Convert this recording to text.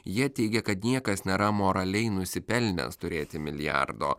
jie teigia kad niekas nėra moraliai nusipelnęs turėti milijardo